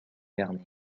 vernay